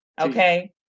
Okay